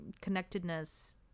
connectedness